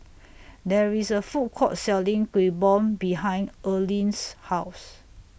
There IS A Food Court Selling Kuih Bom behind Earlene's House